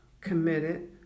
committed